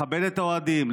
לכבד את האוהדים,